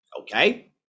okay